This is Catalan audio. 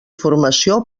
formació